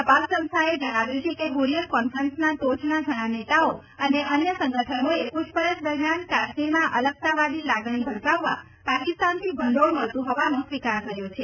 તપાસ સંસ્થાએ જણાવ્યું છે કે હુરિયત કોન્ફરન્સના ટોચના ઘણા નેતાઓ અને અન્ય સંગઠનોએ પુછપરછ દરમિયાન કાશ્મીરમાં અલગતાવાદી લાગણી ભડકાવવા પાકિસ્તાનથી ભંડોળ મળતું હોવાનો સ્વિકાર કર્યો છે